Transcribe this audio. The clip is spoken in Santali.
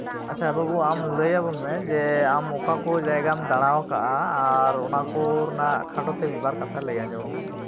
ᱟᱪᱪᱷᱟ ᱵᱟᱹᱵᱩ ᱟᱢ ᱞᱟᱹᱭ ᱟᱵᱚᱱ ᱢᱮ ᱡᱮ ᱟᱢ ᱚᱠᱟ ᱠᱚ ᱡᱟᱭᱜᱟᱢ ᱫᱟᱲᱟ ᱟᱠᱟᱫᱼᱟ ᱟᱨ ᱚᱱᱟᱠᱚ ᱨᱮᱱᱟᱜ ᱠᱷᱟᱴᱚᱛᱮ ᱢᱤᱫᱵᱟᱨ ᱠᱟᱛᱷᱟ ᱞᱟᱹᱭ ᱟᱡᱚᱢ ᱟᱵᱚᱱ ᱢᱮ